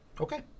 Okay